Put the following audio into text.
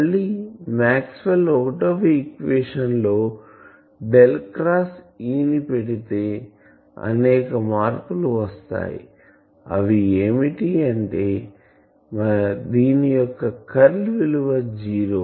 మళ్ళీ మాక్స్వెల్ ఒకటవ ఈక్వేషన్ లో డెల్ క్రాస్ E ని పెడితే అనేక మార్పులు వస్తాయి అవి ఏమిటంటే దీని యొక్క కర్ల్ విలువ జీరో